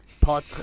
pot